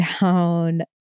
down